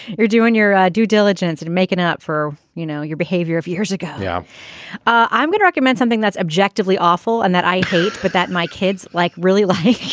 you're doing your due diligence and making up for you know your behavior a few years ago. yeah i'm going to recommend something that's objectively awful and that i hate but that my kids like really like